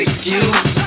Excuse